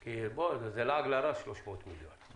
כי זה לעג לרש 300 מיליון.